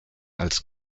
als